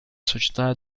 società